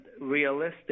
realistic